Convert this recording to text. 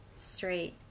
straight